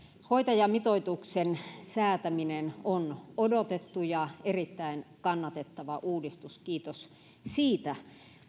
hoitajamitoituksen säätäminen on odotettu ja erittäin kannatettava uudistus kiitos siitä